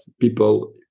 People